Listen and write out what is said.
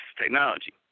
technology